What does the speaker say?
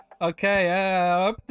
Okay